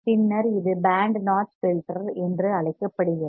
பின்னர் இது band notch filter என்று அழைக்கப்படுகிறது